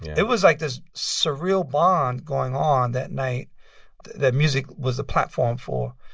it was like this surreal bond going on that night that music was the platform for.